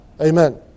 Amen